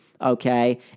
okay